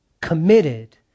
committed